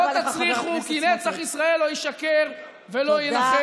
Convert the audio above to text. לא תצליחו, כי נצח ישראל לא ישקר ולא יימחה.